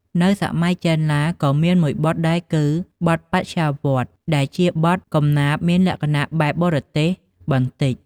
នៅសម័យចេនឡា ក៏មានមួយបទដែរគឺ បទបថ្យាវដ្ត ដែលជាបទកំណាព្យមានលក្ខណៈបែបបរទេសបន្តិច។